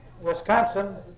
Wisconsin